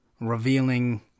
revealing